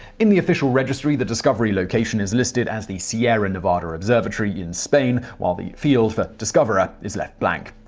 in the official registry, the discovery location is listed as the sierra nevada observatory in spain while the field for discoverer is left blank.